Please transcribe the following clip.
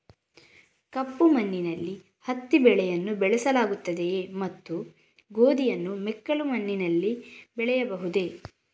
ಕಪ್ಪು ಮಣ್ಣಿನಲ್ಲಿ ಹತ್ತಿ ಬೆಳೆಯನ್ನು ಬೆಳೆಸಲಾಗುತ್ತದೆಯೇ ಮತ್ತು ಗೋಧಿಯನ್ನು ಮೆಕ್ಕಲು ಮಣ್ಣಿನಲ್ಲಿ ಬೆಳೆಯಬಹುದೇ?